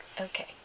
Okay